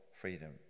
freedom